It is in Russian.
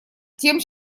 тем